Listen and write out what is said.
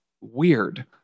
weird